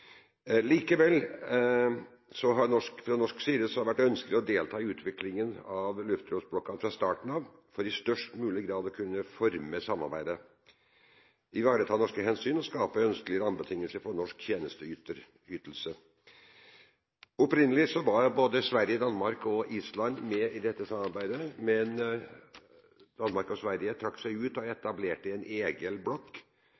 Likevel har det fra norsk side vært ønskelig å delta i utviklingen av luftromsblokken fra starten av, for i størst mulig grad å kunne forme samarbeidet, ivareta norske hensyn og skape ønskelige rammebetingelser for norsk tjenesteytelse. Opprinnelig var både Sverige, Danmark og Island med i dette samarbeidet, men Danmark og Sverige trakk seg ut og etablerte en egen blokk.